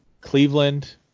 Cleveland